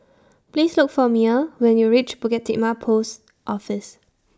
Please Look For Mia when YOU REACH Bukit Timah Post Office